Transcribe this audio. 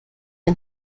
mir